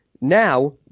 Now